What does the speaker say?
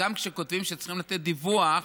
גם כשכותבים שצריכים לתת דיווח,